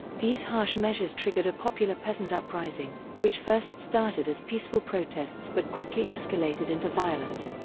these harsh measures triggered a popular peasant uprising, which first started as peaceful protests but quickly escalated into violence.